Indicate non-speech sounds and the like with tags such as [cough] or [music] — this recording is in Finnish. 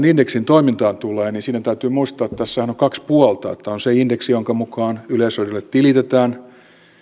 [unintelligible] indeksin toimintaan tulee niin siinähän täytyy muistaa että tässähän on kaksi puolta on se indeksi jonka mukaan yleisradiolle tilitetään